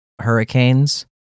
hurricanes